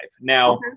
Now